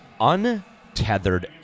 untethered